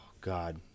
God